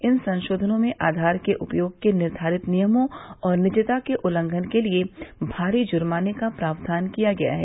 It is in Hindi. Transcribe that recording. इन संशोधनों में आधार के उपयोग के निर्धारित नियमों और निजता के उल्लंघन के लिए भारी जुर्माने का प्रावधान किया गया है